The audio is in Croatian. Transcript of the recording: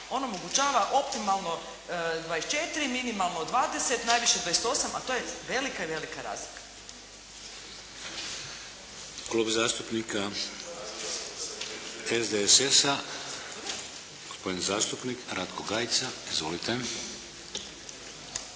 on omogućava optimalno 24 minimalno 20, najviše 28, a to je velika i velika razlika. **Šeks, Vladimir (HDZ)** Klub zastupnika SDSS-a, gospodin zastupnik Ratko Gajica. Izvolite.